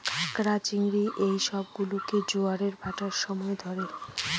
ক্যাঁকড়া, চিংড়ি এই সব গুলোকে জোয়ারের ভাঁটার সময় ধরে